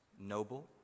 noble